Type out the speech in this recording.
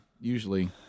usually